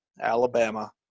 Alabama